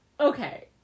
Okay